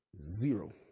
Zero